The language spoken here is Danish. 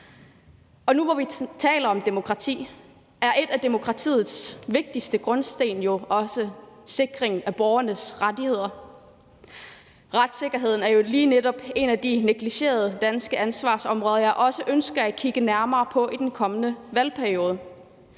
Nu, hvor vi taler om demokrati, er et af demokratiets vigtigste grundsten jo også sikring af borgernes rettigheder. Retssikkerheden er lige netop en af de negligerede danske ansvarsområder, jeg også ønsker at kigge nærmere på i den kommende valgperiode.